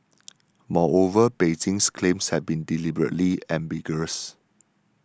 moreover Beijing's claims have been deliberately ambiguous